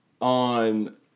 on